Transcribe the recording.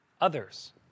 others